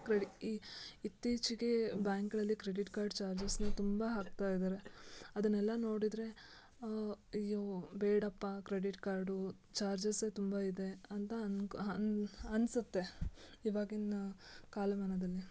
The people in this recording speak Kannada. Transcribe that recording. ಕ್ರೆಡಿ ಈ ಇತ್ತೀಚೆಗೆ ಬ್ಯಾಂಕ್ಗಳಲ್ಲಿ ಕ್ರೆಡಿಟ್ ಕಾರ್ಡ್ ಚಾರ್ಜಸನ್ನ ತುಂಬ ಹಾಕ್ತಾ ಇದ್ದಾರೆ ಅದನ್ನೆಲ್ಲ ನೋಡಿದರೆ ಅಯ್ಯೋ ಬೇಡಪ್ಪ ಕ್ರೆಡಿಟ್ ಕಾರ್ಡು ಚಾರ್ಜಸ್ಸೆ ತುಂಬ ಇದೆ ಅಂತ ಅಂದ್ಕೊ ಅನ ಅನ್ಸುತ್ತೆ ಇವಾಗಿನ ಕಾಲಮಾನದಲ್ಲಿ